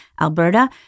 Alberta